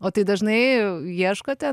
o tai dažnai ieškote